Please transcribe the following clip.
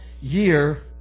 year